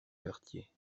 quartier